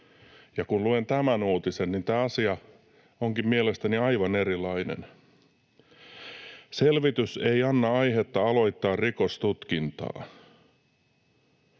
Ja kun luen tämän uutisen, niin tämä asia onkin mielestäni aivan erilainen: ”Selvitys ei anna aihetta aloittaa rikostutkintaa.